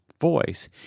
voice